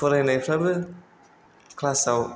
फरायनायफ्राबो क्लासआव